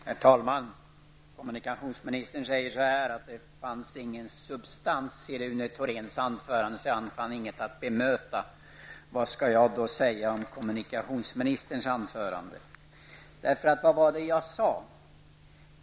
Herr talman! Kommunikationsministern sade att det inte fanns någon substans i Rune Thoréns anförande, så han fann inget att bemöta. Vad skall jag då säga om kommunikationsministerns anförande? Vad var det jag sade?